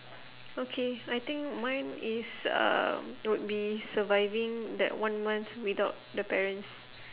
okay I think mine is uh would be surviving that one month without the parents